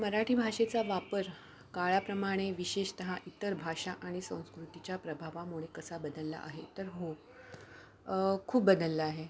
मराठी भाषेचा वापर काळाप्रमाणे विशेषतः इतर भाषा आणि संस्कृतीच्या प्रभावामुळे कसा बदलला आहे तर हो खूप बदलला आहे